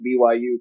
BYU